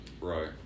Right